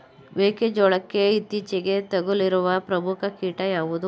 ಮೆಕ್ಕೆ ಜೋಳಕ್ಕೆ ಇತ್ತೀಚೆಗೆ ತಗುಲಿರುವ ಪ್ರಮುಖ ಕೀಟ ಯಾವುದು?